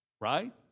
Right